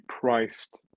priced